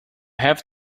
have